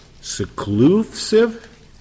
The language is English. seclusive